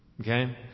Okay